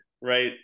right